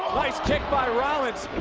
nice kick by rollins.